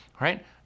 right